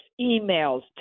emails